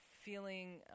feeling